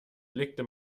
blickte